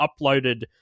uploaded